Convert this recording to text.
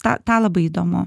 tą tą labai įdomu